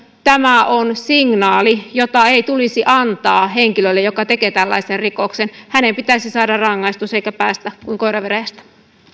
se on signaali jota ei tulisi antaa henkilölle joka tekee tällaisen rikoksen hänen pitäisi saada rangaistus eikä päästä kuin koira veräjästä